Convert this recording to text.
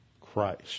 Christ